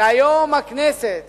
שהיום הכנסת